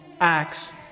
acts